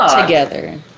together